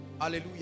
hallelujah